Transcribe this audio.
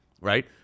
right